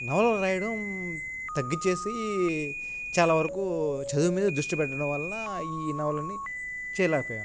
నవలలు రాయడం తగ్గిచ్చేసి చాలా వరకు చదువు మీద దృష్టి పెట్టడం వలన ఈ నవలని చెయ్యలేకపోయాను